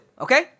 okay